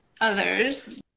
others